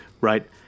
Right